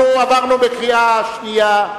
אנחנו עברנו קריאה שנייה.